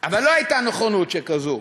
אבל לא הייתה נכונות שכזו.